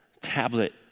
tablet